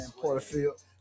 porterfield